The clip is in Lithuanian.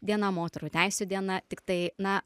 diena moterų teisių diena tiktai na